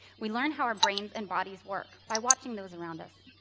we learn how our brains and bodies work by watching those around us.